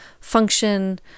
function